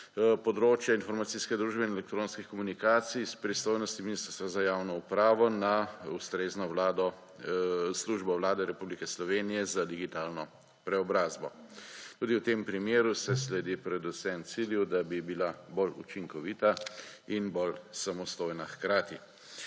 področje informacijske družbe in elektronskih komunikacij s pristojnostmi Ministrstva za javno upravo na ustrezno Službo Vlade Republike Slovenije za digitalno preobrazbo. Tudi v tem primeru se sledi predvsem cilju, da bi bila bolj učinkovita in bolj samostojna hkrati.